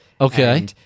Okay